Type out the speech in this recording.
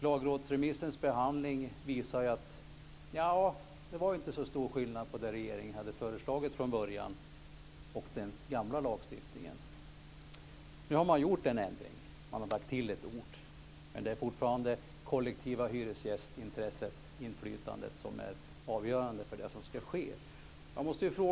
Lagrådsremissens behandling visar att det inte är så stor skillnad mellan det regeringen från början hade föreslagit och den gamla lagstiftningen. Nu har man gjort en ändring: Man har lagt till ett ord. Men det är fortfarande det kollektiva hyresgästinflytandet som är avgörande för det som ska ske.